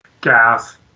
gas